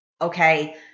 okay